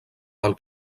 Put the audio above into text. del